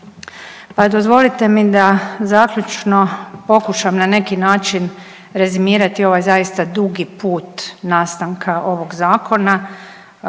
Pa dozvolite mi da zaključno pokušam na neki način rezimirati ovaj zaista dugi put nastanka ovog zakona